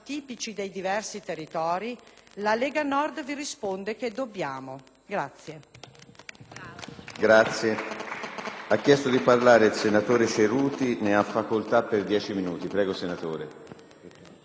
La Lega Nord vi risponde che dobbiamo.